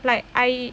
like I